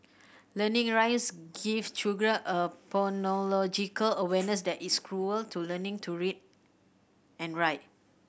learning rise give children a phonological awareness that is cruel to learning to read and write